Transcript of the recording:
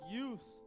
youth